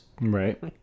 Right